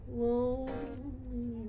lonely